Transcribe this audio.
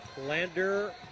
Lander